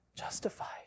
justified